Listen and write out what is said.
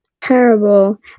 Terrible